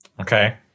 Okay